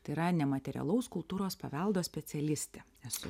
tai yra nematerialaus kultūros paveldo specialistė esu